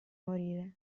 morire